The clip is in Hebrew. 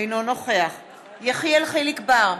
אינו נוכח יחיאל חיליק בר,